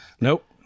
Nope